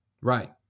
Right